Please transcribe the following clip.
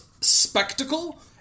spectacle